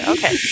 Okay